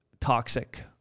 toxic